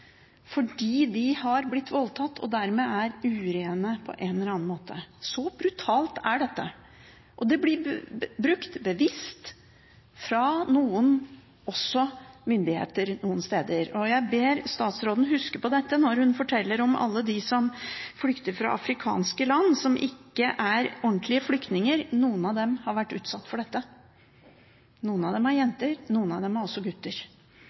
fordi de har blitt voldtatt og dermed er urene på en eller annen måte. Så brutalt er dette. Det blir brukt bevisst også fra myndigheter noen steder. Jeg ber statsråden huske på dette når hun forteller om alle dem som flykter fra afrikanske land, som ikke er ordentlige flyktninger. Noen av dem har vært utsatt for dette. Noen av dem er jenter, noen av dem er også gutter.